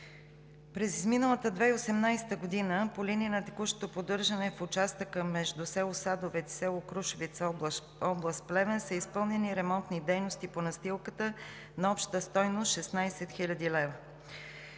През изминалата 2018 г. по линия на текущото поддържане в участъка между село Садовец и село Крушовица – област Плевен, са изпълнени ремонтни дейности по настилката на обща стойност 16 хил. лв.